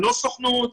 לא סוכנות,